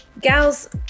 Gals